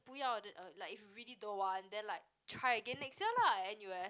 不要 then uh like if you really don't want then like try again next year lah n_u_s